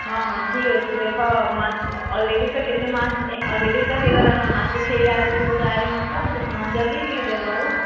ହଁ ହଁ ଠିକ୍ ଅଛେ ଦେଖ ମାସ୍ ଅଲ୍ରେଡ଼ି ତ କେତେ ମାସ୍ ଅଲ୍ରେଡ଼ି ତ ହେଇଗଲାନ ମାସେ ଫିର୍ ଇହାଦେ କହୁଚ ଆର ମାସ ହଁ ଜଲ୍ଦି ଦେଇଦବ ହେଲା